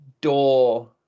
door